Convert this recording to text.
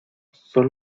son